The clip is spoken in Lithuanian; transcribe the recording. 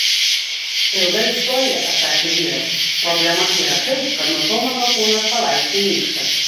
ilga istorija atsakė vyras problema yra tai kad nuo to mano kūnas palaipsniui nyksta